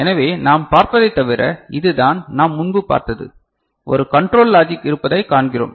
எனவே நாம் பார்ப்பதைத் தவிர இதுதான் நாம் முன்பு பார்த்தது ஒரு கண்ட்ரோல் லாஜிக் இருப்பதைக் காண்கிறோம்